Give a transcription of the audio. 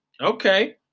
Okay